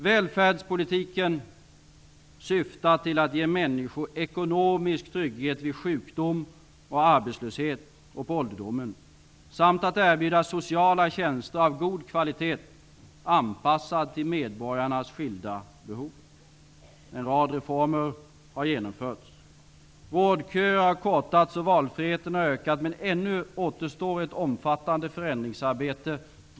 Välfärdspolitiken syftar till att ge människor ekonomisk trygghet vid sjukdom och arbetslöshet och på ålderdomen samt att erbjuda sociala tjänster av god kvalitet anpassade till medborgarnas skilda behov. En rad reformer har genomförts. Vårdköer har kortats och valfriheten har ökat. Men ännu återstår ett omfattande förändringsarbete.